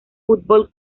fútbol